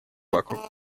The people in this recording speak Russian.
вокруг